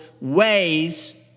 ways